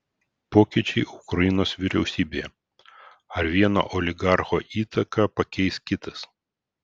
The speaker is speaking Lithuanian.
pokyčiai ukrainos vyriausybėje ar vieno oligarcho įtaką pakeis kitas